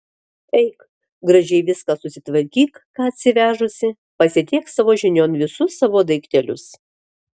eik gražiai viską susitvarkyk ką atsivežusi pasidėk savo žinion visus savo daiktelius